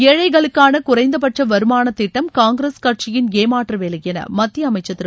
ஏழைகளுக்கான குறைந்தபட்ச வருமானத்திட்டம் காங்கிரஸ் கட்சியின் ஏமாற்றுவேலை என மத்திய அமைச்சர் திரு